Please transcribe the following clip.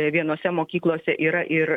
vienose mokyklose yra ir